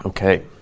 Okay